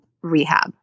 rehab